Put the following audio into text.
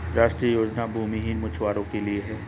राष्ट्रीय योजना भूमिहीन मछुवारो के लिए है